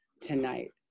tonight